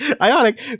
Ionic